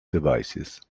devices